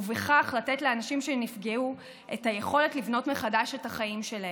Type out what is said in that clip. ובכך לתת לאנשים שנפגעו את היכולת לבנות מחדש את החיים שלהם.